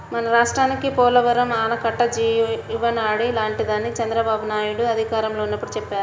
మన రాష్ట్రానికి పోలవరం ఆనకట్ట జీవనాడి లాంటిదని చంద్రబాబునాయుడు అధికారంలో ఉన్నప్పుడు చెప్పేవారు